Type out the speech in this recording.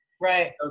right